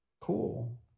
Cool